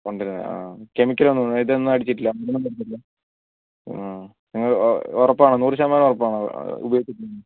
കൊണ്ട് വരുന്നത് ആ കെമിക്കലാണെന്ന് തോന്നുന്നു ഇതൊന്നും അടിച്ചിട്ടില്ല ആ നിങ്ങൾ ഉറപ്പാണോ നൂറ് ശതമാനം ഉറപ്പാണോ അത് ഉപയോഗിച്ചില്ല